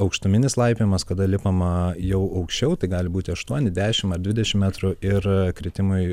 aukštuminis laipiojimas kada lipama jau aukščiau tai gali būti aštuoni dešim ar dvidešim metrų ir kritimui